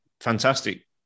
fantastic